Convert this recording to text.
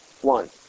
One